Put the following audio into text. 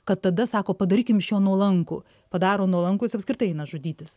kad tada sako padarykim iš jo nuolankų padaro nuolankų jis apskritai eina žudytis